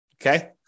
Okay